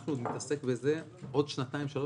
שאנחנו נתעסק בזה עוד שנתיים-שלוש,